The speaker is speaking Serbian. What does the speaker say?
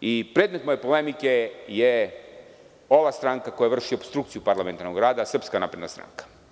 i predmet moje polemike je ova stranka koja vrši opstrukciju parlamentarnog rada, SNS.